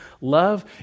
Love